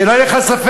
שלא יהיה לך ספק.